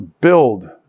Build